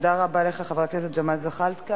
תודה רבה לך, חבר הכנסת ג'מאל זחאלקה.